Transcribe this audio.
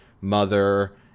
*Mother*